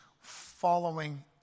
following